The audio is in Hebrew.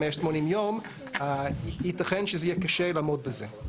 180 יום ייתכן שיהיה קשה לעמוד בזה.